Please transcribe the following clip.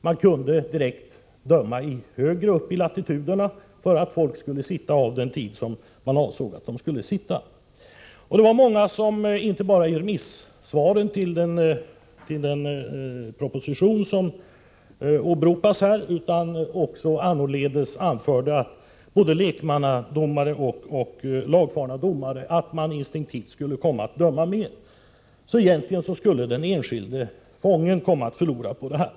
De kunde direkt döma högre upp i latituderna för att folk skulle sitta av så lång tid som de avsåg. Många — inte bara de som skrev remissvar på den proposition som åberopas här, utan också lekmannadomare och lagfarna domare — anförde att domstolarna instinktivt skulle komma att döma till längre strafftider. Egentligen skulle den enskilde fången komma att förlora på det här.